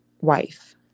wife